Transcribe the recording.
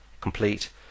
complete